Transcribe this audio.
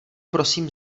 prosím